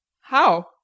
How